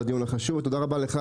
על הדיון החשוב ותודה רבה לך,